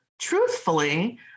truthfully